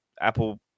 Apple